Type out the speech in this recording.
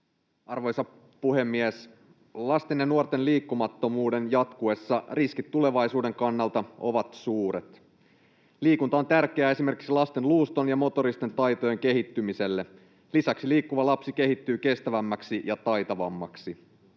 Arvoisa puhemies! Lasten ja nuorten liikkumattomuuden jatkuessa riskit tulevaisuuden kannalta ovat suuret. Liikunta on tärkeää esimerkiksi lasten luuston ja motoristen taitojen kehittymiselle. Lisäksi liikkuva lapsi kehittyy kestävämmäksi ja taitavammaksi.